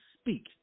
speak